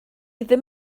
ddim